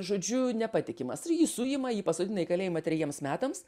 žodžiu nepatikimas ir jį suima jį pasodina į kalėjimą trejiems metams